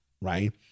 right